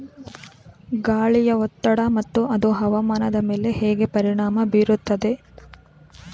ಗಾಳಿಯ ಒತ್ತಡ ಮತ್ತು ಅದು ಹವಾಮಾನದ ಮೇಲೆ ಹೇಗೆ ಪರಿಣಾಮ ಬೀರುತ್ತದೆ?